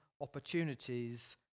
Opportunities